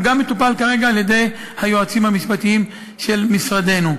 הוא גם מטופל כרגע על-ידי היועצים המשפטיים של משרדנו.